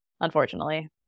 unfortunately